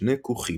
בשני כוכים.